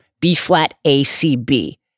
B-flat-A-C-B